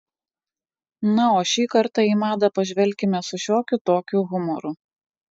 na o šį kartą į madą pažvelkime su šiokiu tokiu humoru